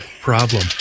problem